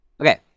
Okay